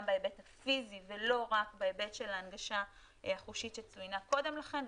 בהיבט הפיזי ולא רק בהיבט של ההנגשה החושית שצוינה קודם לכן.